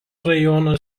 rajono